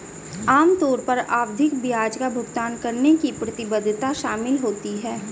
आम तौर पर आवधिक ब्याज का भुगतान करने की प्रतिबद्धता शामिल होती है